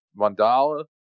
Mandala